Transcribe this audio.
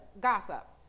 Gossip